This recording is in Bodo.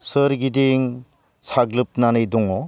सोरगिदिं साग्लोबनानै दङ